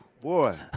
boy